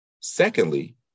Secondly